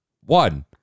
one